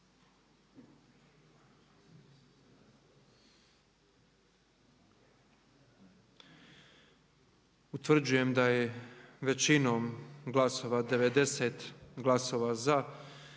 Utvrđujem da je većinom glasova 80 za,